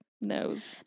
nose